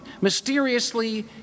mysteriously